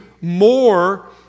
more